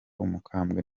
umukambwe